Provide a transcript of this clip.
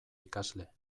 ikasle